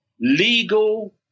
legal